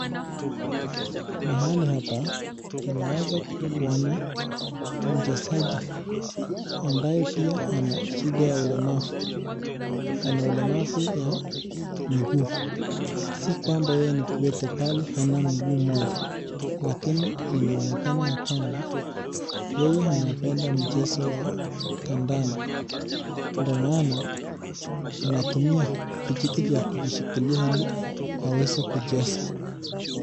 Mahali hapa tunaweza kuona mchesaji ambaye pia akona shida ya ulemavu ana ulemavu ya miguu si kwamba yeye ni kiwete pali hana mguu moja lakini inaonekana yeye anabenda mpira mchezo ya kandanda ndio maana anatumia vijiti vya kujishikilia hili aweze kucheza.